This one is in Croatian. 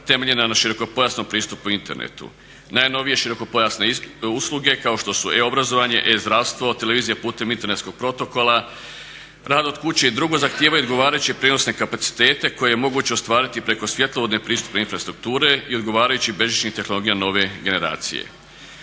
temeljena na širokopojasnom pristupu internetu. Najnovije širokopojasne usluge kao što su e-obrazovanje, e-zdravstvo, televizija putem internetskog protokola, rad od kuće i drugo zahtijevaju odgovarajuće prijenosne kapacitete koje je moguće ostvariti preko svjetlovodne pristupne infrastrukture i odgovarajućih bežičnih tehnologija nove generacije.